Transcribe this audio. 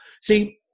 See